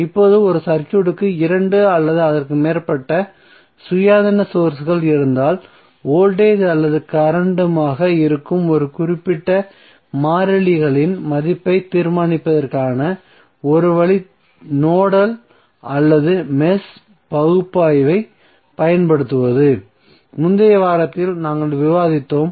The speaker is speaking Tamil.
இப்போது ஒரு சர்க்யூட்டுக்கு 2 அல்லது அதற்கு மேற்பட்ட சுயாதீன சோர்ஸ்கள் இருந்தால் வோல்டேஜ் அல்லது கரண்ட்மாக இருக்கும் ஒரு குறிப்பிட்ட மாறிகளின் மதிப்பைத் தீர்மானிப்பதற்கான ஒரு வழி நோடல் அல்லது மெஷ் பகுப்பாய்வைப் பயன்படுத்துவது முந்தைய வாரத்தில் நாங்கள் விவாதித்தோம்